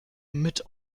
mit